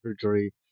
surgery